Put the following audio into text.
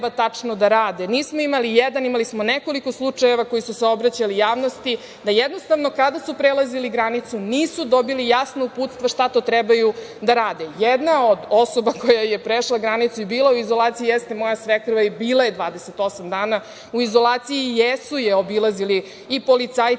šta treba tačno da rade. Nismo imali jedan, imali smo nekoliko slučajeva koji su se obraćali javnosti da jednostavno kada su prelazili granicu nisu dobili jasno uputstvo šta to trebaju da rade. Jedna od osoba koja je prešla granicu i bila u izolaciji jeste moja svekrva. Bila je 28 dana u izolaciji i jesu je obilazili policajci,